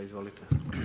Izvolite.